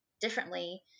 differently